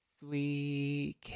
sweet